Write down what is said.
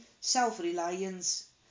self-reliance